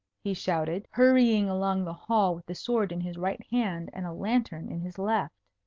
he shouted, hurrying along the hall with the sword in his right hand and a lantern in his left.